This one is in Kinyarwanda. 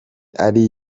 ari